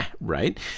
Right